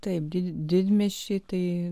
taip didmiesčiai tai